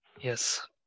yes